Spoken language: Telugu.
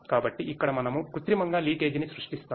కాబట్టి ఇక్కడ మనము కృత్రిమంగా లీకేజీని సృష్టిస్తాము